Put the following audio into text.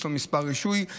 יש לו מספר רישוי,